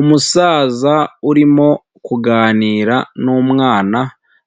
Umusaza urimo kuganira n'umwana